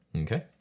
Okay